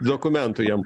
dokumentų jiem